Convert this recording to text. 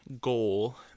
goal